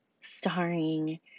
starring